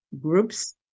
groups